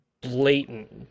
blatant